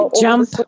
jump